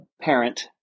parent